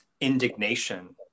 indignation